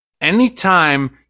anytime